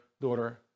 daughter